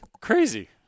crazy